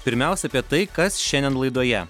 pirmiausia apie tai kas šiandien laidoje